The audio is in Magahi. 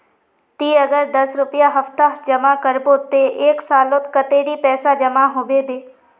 ती अगर दस रुपया सप्ताह जमा करबो ते एक सालोत कतेरी पैसा जमा होबे बे?